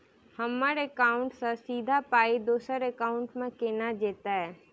हम्मर एकाउन्ट सँ सीधा पाई दोसर एकाउंट मे केना जेतय?